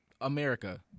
America